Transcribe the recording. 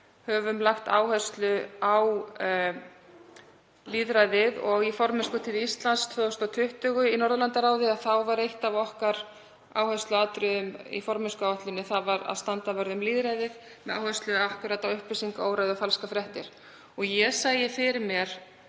höfum lagt áherslu á lýðræðið og í formennskutíð Íslands 2020 í Norðurlandaráði var eitt af okkar áhersluatriðum í formennskuáætluninni að standa vörð um lýðræðið með áherslu á upplýsingaóreiðu og falskar fréttir. Ég sæi fyrir mér